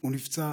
הוא נפצע